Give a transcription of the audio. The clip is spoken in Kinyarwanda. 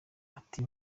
ati